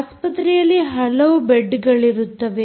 ಆಸ್ಪತ್ರೆಯಲ್ಲಿ ಹಲವು ಬೆಡ್ಗಳಿರುತ್ತವೆ